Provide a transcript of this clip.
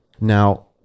Now